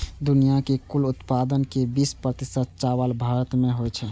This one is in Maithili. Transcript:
दुनिया के कुल उत्पादन के बीस प्रतिशत चावल भारत मे होइ छै